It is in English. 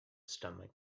stomach